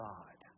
God